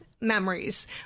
memories